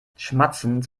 schmatzend